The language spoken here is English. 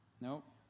Nope